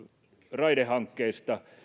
raidehankkeista